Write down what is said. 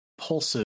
pulsive